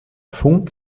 funk